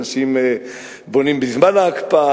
אנשים בונים בזמן ההקפאה,